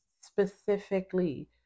specifically